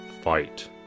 fight